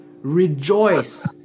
rejoice